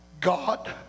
God